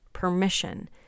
permission